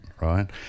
right